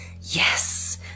Yes